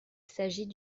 s’agit